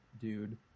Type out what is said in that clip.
dude